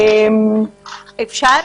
אני חושבת